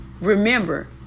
Remember